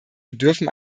bedürfen